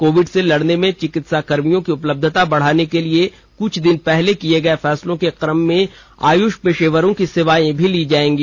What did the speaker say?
Covid से लड़ने में चिकित्सा कर्मियों की उपलब्धता बढ़ाने के लिए कुछ दिन पहले किए गए फैसले के क्रम में आयुष पेशेवरों की सेवायें ली जाएंगी